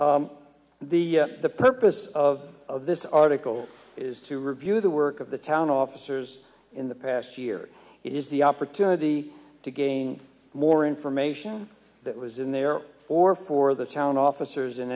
the purpose of of this article is to review the work of the town officers in the past year it is the opportunity to gain more information that was in there or for the town officers in